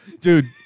Dude